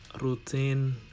routine